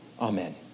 Amen